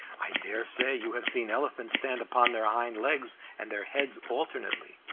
i dare say you have seen elephants stand upon their hind legs and their heads alternately.